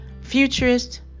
futurist